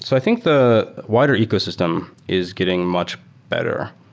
so i think the wider ecosystem is getting much better,